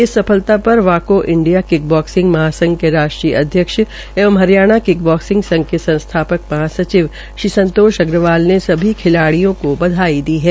इस सफलता पर वाको इंडिया किक बॉक्सिंग महासंघ के राष्ट्रीय अध्यक्ष एव हरियाणा बॉसिंग संघ के संस्थाक महासचिव संतोष अग्रवाल ने सभी खिलाडिय़ों को बधाई दी है